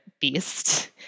beast